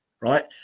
right